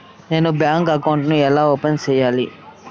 నేను bank account ను ఎలా ఓపెన్ సేయాలి?